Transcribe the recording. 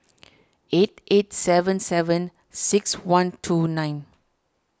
eight eight seven seven six one two nine